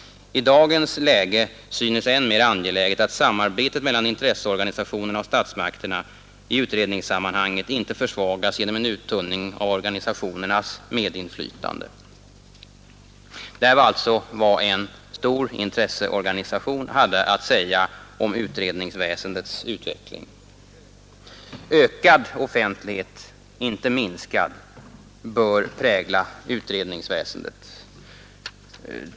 I dagens läge synes än mer angeläget att samarbetet mellan intresseorganisationerna och statsmakterna i utredningssammanhang inte försvagas genom en uttunning av organisationernas medinflytande.” Det där var alltså vad en stor intresseorganisation hade att säga om utredningsväsendets utveckling. Ökad offentlighet inte minskad bör prägla utredningsväsendet.